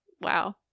Wow